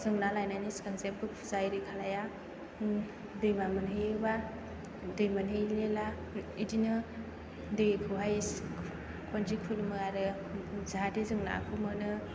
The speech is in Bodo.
जों ना लायनायनि सिगां जेबो पुजा इरि खालामा दैमा मोनहैयोबा दै मोनहैब्ला बिदिनो दैखौहाय खनसे खुलुमो आरो जाहाथे जों नाखौ मोनो